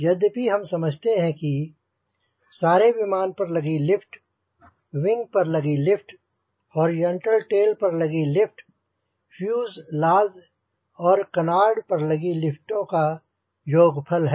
यद्यपि हम समझते हैं कि सारे विमान पर लगी लिफ्ट विंग पर लगी लिफ्ट हॉरिजॉन्टल टेल पर लगी लिफ्ट फ्यूजलॉज और कनार्ड पर लगी लिफ्टों का योग्यफल है